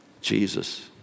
Jesus